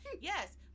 Yes